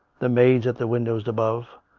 the maids at the windows above,